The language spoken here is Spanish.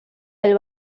del